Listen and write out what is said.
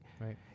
Right